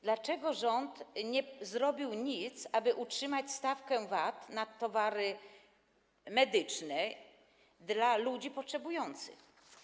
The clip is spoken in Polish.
Dlaczego rząd nie zrobił nic, aby utrzymać stawkę VAT na towary medyczne dla ludzi potrzebujących?